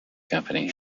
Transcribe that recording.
company